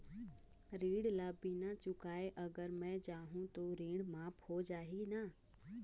ऋण ला बिना चुकाय अगर मै जाहूं तो ऋण माफ हो जाही न?